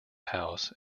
house